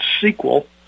sequel